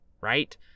right